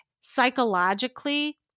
psychologically